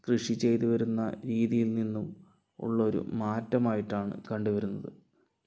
കൃഷി ചെയ്തുവരുന്ന രീതിയിൽ നിന്നും ഉള്ളൊരു മാറ്റമായിട്ടാണ് കണ്ടു വരുന്നത്